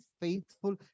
faithful